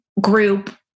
group